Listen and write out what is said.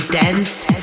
danced